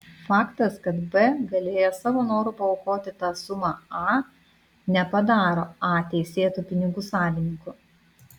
faktas kad b galėjo savo noru paaukoti tą sumą a nepadaro a teisėtu pinigų savininku